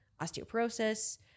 osteoporosis